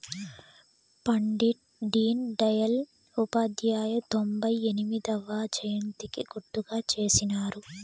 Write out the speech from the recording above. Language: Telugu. పండిట్ డీన్ దయల్ ఉపాధ్యాయ తొంభై ఎనిమొదవ జయంతికి గుర్తుగా చేసినారు